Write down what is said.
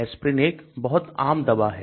Aspirin एक बहुत आम दवा है